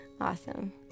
Awesome